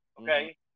okay